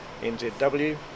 NZW